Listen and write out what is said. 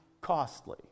costly